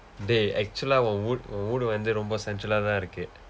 dey actual-aa உன்:un wood உன்:un wood வந்து ரொம்ப:vandthu rompa central-aa இருக்கு:irukku